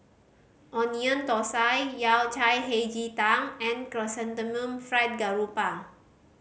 Onion Thosai Yao Cai Hei Ji Tang and Chrysanthemum Fried Garoupa